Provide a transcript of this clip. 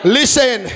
listen